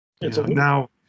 now